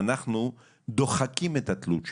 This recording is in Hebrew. אנחנו דוחקים את התלות שלהם.